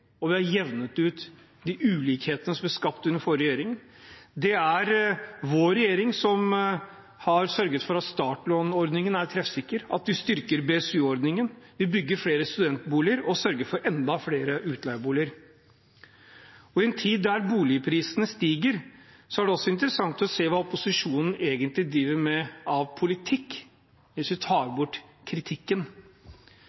og vi har jevnet ut de ulikhetene som ble skapt under den forrige regjeringen. Det er vår regjering som har sørget for at startlånordningen er treffsikker, at vi styrker BSU-ordningen. Vi bygger flere studentboliger og sørger for enda flere utleieboliger. I en tid da boligprisene stiger, er det også interessant å se hva opposisjonen egentlig driver med av politikk, hvis vi tar